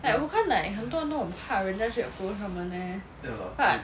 like 我看 like 很多人都很怕人家去 approach 他们 eh but